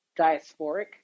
diasporic